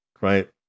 right